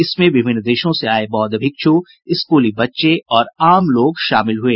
इसमें विभिन्न देशों से आये बौद्ध भिक्षु स्कूली बच्चे और आम लोग शामिल हुए